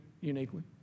uniquely